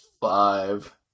Five